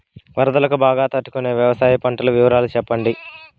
వరదలకు బాగా తట్టు కొనే వ్యవసాయ పంటల వివరాలు చెప్పండి?